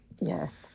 Yes